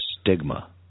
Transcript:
stigma